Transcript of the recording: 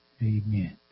Amen